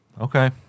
Okay